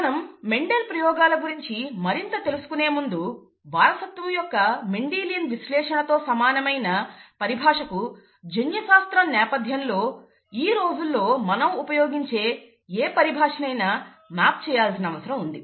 మనం మెండల్ ప్రయోగాల గురించి మరింత తెలుసుకునే ముందు వారసత్వం యొక్క మెండెలియన్ విశ్లేషణతో సమానమైన పరిభాషకు జన్యుశాస్త్రం నేపథ్యంలో ఈ రోజుల్లో మనం ఉపయోగించే ఏ పరిభాషనైనా మ్యాప్ చేయాల్సిన అవసరం ఉంది